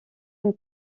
une